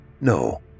No